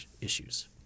issues